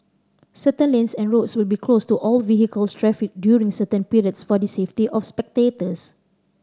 certain lanes and roads will be closed to all vehicle traffic during certain periods for the safety of spectators